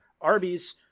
Arby's